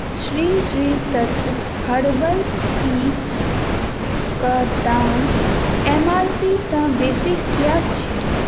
Shri Shri Tattva herbal टीके दाम M R P सँ बेसी कियेक छै